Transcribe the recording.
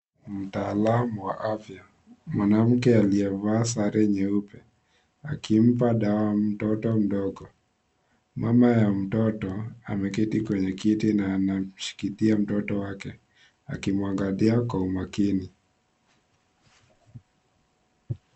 Mtaalam wa afya mwanamke aliyevaa sare nyeupe akimpa dawa mtoto mdogo. Mama ya mtoto ameketi kwenye kiti na anamshikilia mtoto wake akimwangalia kwa umakini.